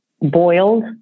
boiled